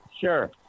Sure